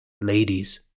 ladies